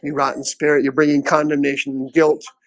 rotten spirit you're bringing condemnation and guilt.